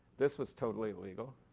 this was totally legal.